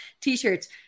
t-shirts